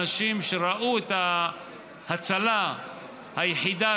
אנשים ראו שההצלה היחידה,